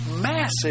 massive